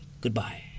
Goodbye